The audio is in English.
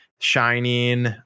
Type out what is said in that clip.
Shining